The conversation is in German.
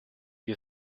wir